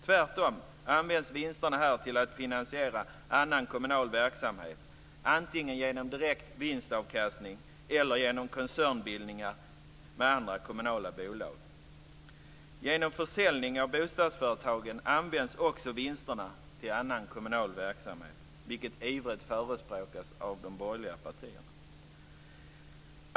Tvärtom används vinsterna här till att finansiera annan kommunal verksamhet, antingen genom direkt vinstavkastning eller genom koncernbildningar med andra kommunala bolag. Genom försäljning av bostadsföretagen används också vinsterna till annan kommunal verksamhet, vilket ivrigt förespråkas av de borgerliga partierna.